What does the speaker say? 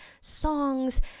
songs